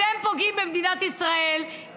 אתם פוגעים במדינת ישראל,